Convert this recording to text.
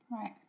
Right